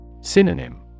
Synonym